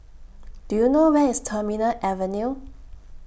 Do YOU know Where IS Terminal Avenue